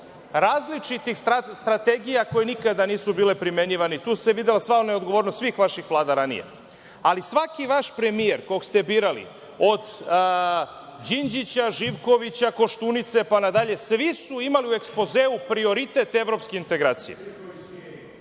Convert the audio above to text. različitih strategija koje nikada nisu bile primenjivane i tu se videla sva neodgovornost svih vaših vlada ranije. Ali, svaki vaš premijer kog ste birali, od Đinđića, Živkovića, Koštunice, pa nadalje, svi su imali u ekspozeu prioritet evropske integracije.(Zoran